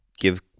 give